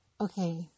Okay